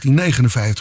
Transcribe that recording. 1959